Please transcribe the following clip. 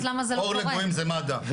אור לגויים זה מד"א,